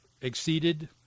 exceeded